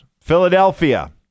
Philadelphia